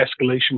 escalation